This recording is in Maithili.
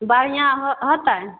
बढ़िऑं होतै